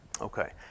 Okay